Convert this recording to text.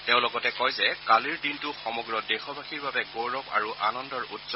তেওঁ লগতে কয় যে কালিৰ দিনটো সমগ্ৰ দেশবাসীৰ বাবে গৌৰৱ আৰু আনন্দৰ উৎস